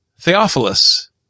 Theophilus